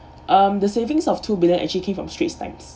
um the savings of two billion actually came from straits times